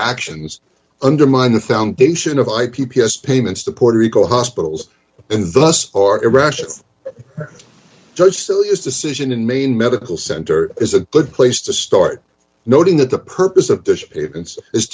actions undermine the foundation of i p p s payments to puerto rico hospitals in the us or irrational just so its decision in maine medical center is a good place to start noting that the purpose of this